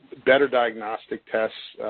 better diagnostic tests,